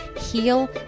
heal